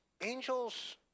angels